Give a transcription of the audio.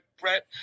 Brett